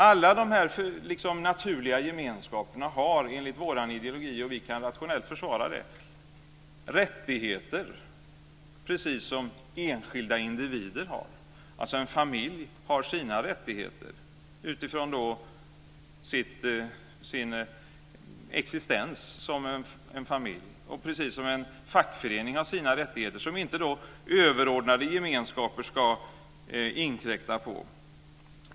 Alla dessa naturliga gemenskaper har enligt vår ideologi, och vi kan rationellt försvara den, rättigheter precis som enskilda individer har. En familj har alltså sina rättigheter utifrån sin existens som familj, precis som en fackförening har sina rättigheter som inte överordnade gemenskaper inkräkta på.